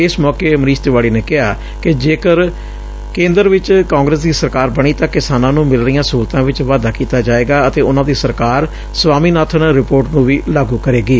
ਇਸ ਮੌਕੇ ਮਨੀਸ਼ ਤਿਵਾਡੀ ਨੇ ਕਿਹਾ ਕਿ ਜੇ ਕੇਂਦਰ ਚ ਕਾਂਗਰਸ ਦੀ ਸਰਕਾਰ ਬਣੀ ਤਾਂ ਕਿਸਾਨਾਂ ਨੂੰ ਮਿਲ ਰਹੀਆਂ ਸਹੂਲਤਾਂ ਚ ਵਾਧਾ ਕੀਤਾ ਜਾਏਗਾ ਅਤੇ ਉਨ੍ਹਾਂ ਦੀ ਸਰਕਾਰ ਸਵਾਮੀਨਾਥਨ ਰਿਪੋਰਟ ਨੂੰ ਵੀ ਲਾਗੂ ਕਰੇਗੀ